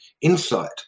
insight